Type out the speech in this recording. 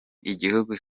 igihugu